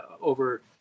over